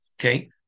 Okay